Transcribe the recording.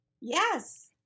Yes